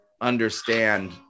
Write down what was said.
understand